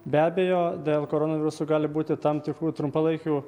be abejo dėl koronaviruso gali būti tam tikrų trumpalaikių